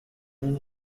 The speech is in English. move